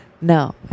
No